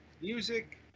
music